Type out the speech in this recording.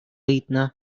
ыйтнӑ